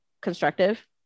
constructive